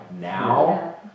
now